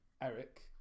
Eric